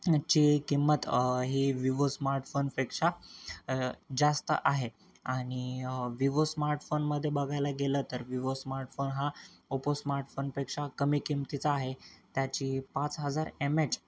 ची किंमत ही विवो स्मार्टफोनपेक्षा जास्त आहे आणि विवो स्मार्टफोनमध्ये बघायला गेलं तर विवो स्मार्टफोन हा ओपो स्मार्टफोनपेक्षा कमी किमतीचा आहे त्याची पाच हजार एम एच